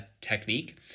technique